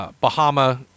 Bahama